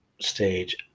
stage